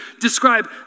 describe